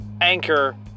Anchor